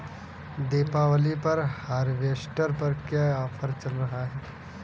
दीपावली पर हार्वेस्टर पर क्या ऑफर चल रहा है?